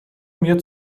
mir